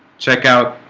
check out